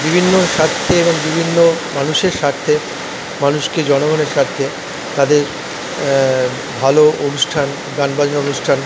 বিভিন্ন স্বার্থে এবং বিভিন্ন মানুষের স্বার্থে মানুষকে জনগণের স্বার্থে তাদের ভালো অনুষ্ঠান গান বাজনা অনুষ্ঠান